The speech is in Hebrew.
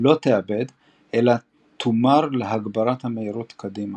לא תאבד אלא תומר להגברת המהירות קדימה.